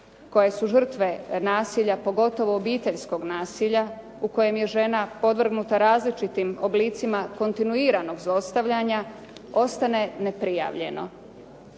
koje su žrtve nasilja, pogotovo obiteljskog nasilja u kojem je žena podvrgnuta različitim oblicima kontinuiranog zlostavljanja ostane neprijavljeno.